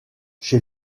chez